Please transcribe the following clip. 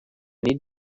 need